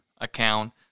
account